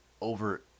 over